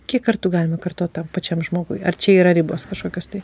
kiek kartų galime kartot tam pačiam žmogui ar čia yra ribos kašokios tai